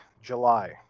July